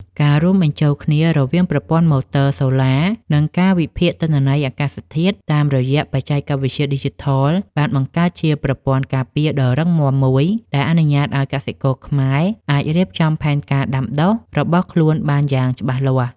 ការរួមបញ្ចូលគ្នារវាងប្រព័ន្ធម៉ូទ័រសូឡា និងការវិភាគទិន្នន័យអាកាសធាតុតាមរយៈបច្ចេកវិទ្យាឌីជីថល បានបង្កើតជាប្រព័ន្ធការពារដ៏រឹងមាំមួយដែលអនុញ្ញាតឱ្យកសិករខ្មែរអាចរៀបចំផែនការដាំដុះរបស់ខ្លួនបានយ៉ាងច្បាស់លាស់។